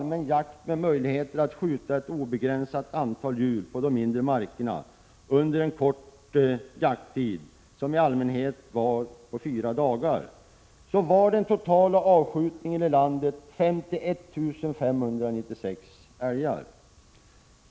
1986/87:113 skjuta ett obegränsat antal djur på de mindre markerna under en kort jakttid — 29 april 1987 som i allmänhet var på fyra dagar, var den totala avskjutningen i landet 51 596 älgar.